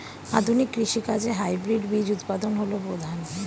আধুনিক কৃষি কাজে হাইব্রিড বীজ উৎপাদন হল প্রধান